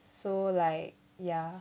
so like ya